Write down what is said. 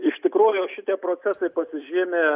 iš tikrųjų šitie procesai pasižymi